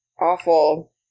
awful